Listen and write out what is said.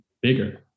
bigger